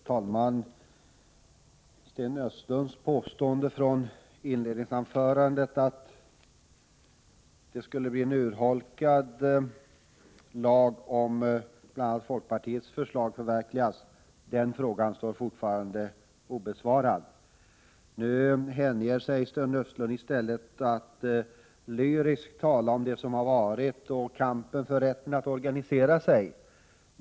Herr talman! Sten Östlunds påstående från inledningsanförandet att lagen skulle bli urholkad om folkpartiets förslag förverkligades har Sten Östlund fortfarande inte vidare kommenterat. Han hänger sig i stället åt att lyriskt tala om det som har varit och kampen för rätten att organisera sig.